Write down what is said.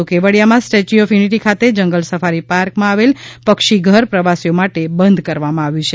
તો કેવડીયામાં statue of unity ખાતે જંગલ સફારીપાર્કમાં આવેલ પક્ષી ધર પ્રવાસીઓ માટે બંધ કરવામાં આવ્યું છે